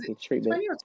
treatment